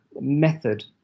method